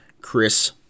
Chris